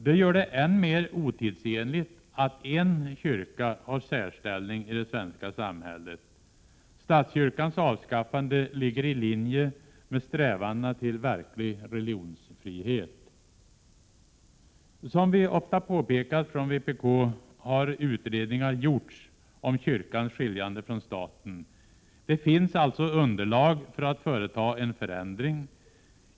Det gör det än mer otidsenligt att en kyrka har särställning i det svenska samhället. Statskyrkans avskaffande ligger i linje med strävandena efter verklig religionsfrihet. Som vi ofta påpekat från vpk har utredningar gjorts om kyrkans skiljande från staten. Det finns alltså underlag för att företa en förändring.